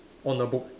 on the book